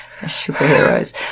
superheroes